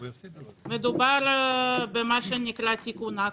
מדובר במה שנקרא תיקון עכו.